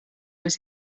was